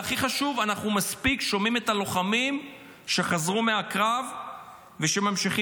והכי חשוב אנחנו מספיק שומעים את הלוחמים שחזרו מהקרב ושממשיכים